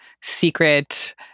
secret